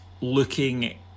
looking